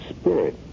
spirit